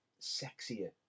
sexier